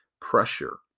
pressure